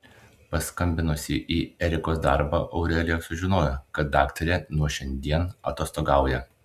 paskambinusi į erikos darbą aurelija sužinojo kad daktarė nuo šiandien atostogauja